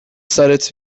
سرت